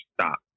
stop